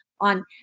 on